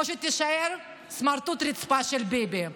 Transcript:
או שתישאר סמרטוט רצפה של ביבי,